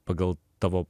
pagal tavo